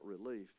relief